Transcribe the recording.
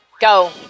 go